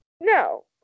No